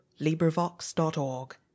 LibriVox.org